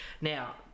Now